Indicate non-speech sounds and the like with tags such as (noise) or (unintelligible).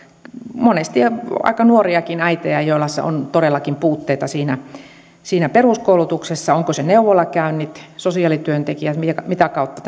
monesti aika nuoriakin äitejä joilla on todellakin puutteita siinä siinä peruskoulutuksessa ovatko ne neuvolakäynnit sosiaalityöntekijät mitä kautta (unintelligible)